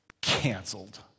canceled